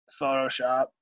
Photoshop